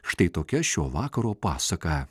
štai tokia šio vakaro pasaka